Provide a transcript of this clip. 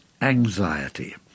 Anxiety